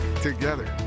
Together